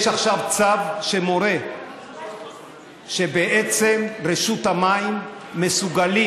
יש עכשיו צו שמורה שבעצם ברשות המים מסוגלים